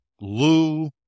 Lou